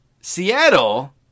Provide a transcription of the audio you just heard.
Seattle